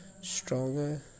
stronger